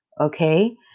Okay